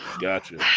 Gotcha